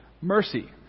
mercy